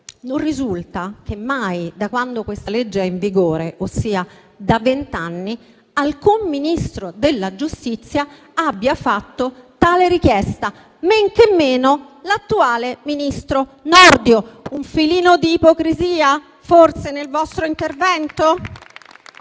non risulta che mai, da quando questa legge è in vigore, ossia da vent'anni, alcun Ministro della giustizia abbia fatto tale richiesta, men che meno l'attuale ministro Nordio. Un filino di ipocrisia, forse, nel vostro intervento?